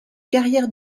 carrière